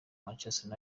manchester